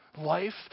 life